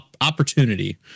Opportunity